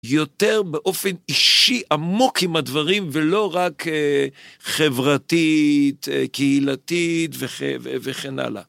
יותר באופן אישי, עמוק עם הדברים, ולא רק חברתית, קהילתית וכ... וכן הלאה.